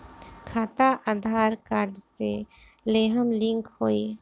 खाता आधार कार्ड से लेहम लिंक होई?